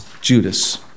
Judas